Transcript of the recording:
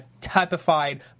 typified